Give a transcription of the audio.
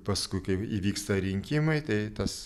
paskui kai įvyksta rinkimai tai tas